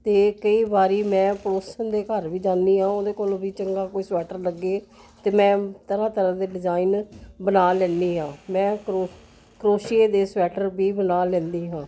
ਅਤੇ ਕਈ ਵਾਰੀ ਮੈਂ ਪੜੋਸਣ ਦੇ ਘਰ ਵੀ ਜਾਂਦੀ ਹਾਂ ਉਹਦੇ ਕੋਲੋਂ ਵੀ ਚੰਗਾ ਕੋਈ ਸਵੈਟਰ ਲੱਗੇ ਅਤੇ ਮੈਂ ਤਰ੍ਹਾਂ ਤਰ੍ਹਾਂ ਦੇ ਡਿਜਾਇਨ ਬਣਾ ਲੈਂਦੀ ਹਾਂ ਮੈਂ ਕਰੋ ਕਰੋਸ਼ੀਏ ਦੇ ਸਵੈਟਰ ਵੀ ਬਣਾ ਲੈਂਦੀ ਹਾਂ